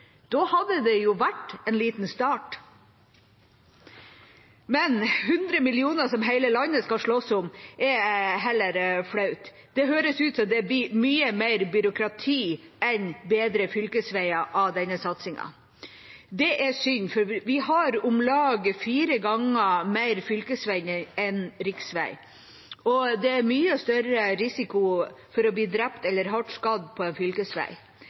da statsminister Erna Solberg proklamerte denne satsingen i Bodø på tampen av valgkampen. Det hørtes ut som om det var Nordland som skulle få 100 mill. kr mer til opprustning av fylkesveier i 2020. Det hadde vært en liten start. 100 mill. kr som hele landet skal slåss om, er heller flaut. Det høres ut som om det blir mye mer byråkrati enn bedre fylkesveier av denne satsingen. Det er synd, for vi har om lag